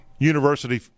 University